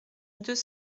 deux